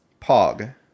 Pog